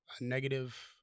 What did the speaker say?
negative